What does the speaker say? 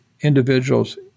individuals